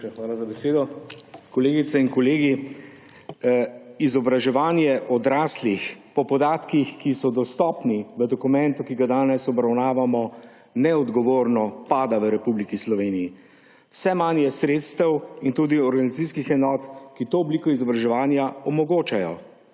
hvala za besedo. Kolegice in kolegi! Izobraževanje odraslih po podatkih, ki so dostopni v dokumentu, ki ga danes obravnavamo, neodgovorno pada v Republiki Sloveniji. Vse manj je sredstev in tudi organizacijskih enot, ki to obliko izobraževanja omogočajo.